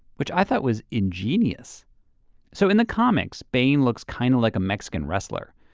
which i thought was ingenious so in the comics, bane looks kind of like a mexican wrestler.